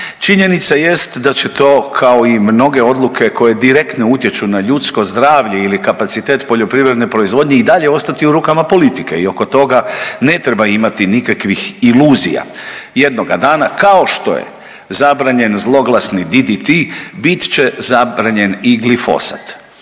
Činjenica jest da će to, kao i mnoge odluke koje direktno utječu na ljudsko zdravlje ili kapacitet poljoprivredne proizvodnje i dalje ostati u rukama politike i oko toga ne treba imati nikakvih iluzija. Jednoga dana, kao što je zabranjen zloglasni DDT, bit će zabranjen i glifosat.